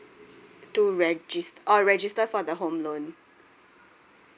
to regis~ oh register for the home loan